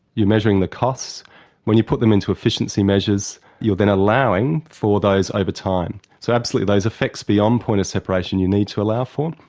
you're measuring the costs, and when you put them into efficiency measures you are then allowing for those over time. so absolutely those effects beyond point of separation, you need to allow for.